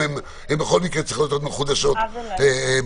בכל מקרה צריכות להיות מחודשות בקבינט.